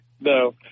no